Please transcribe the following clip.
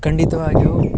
ಖಂಡಿತವಾಗಿಯೂ